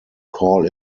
call